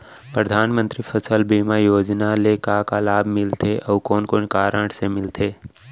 परधानमंतरी फसल बीमा योजना ले का का लाभ मिलथे अऊ कोन कोन कारण से मिलथे?